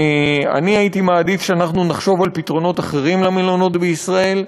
אני הייתי מעדיף שאנחנו נחשוב על פתרונות אחרים למלונות בישראל.